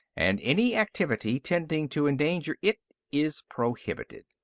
and any activity tending to endanger it is prohibited.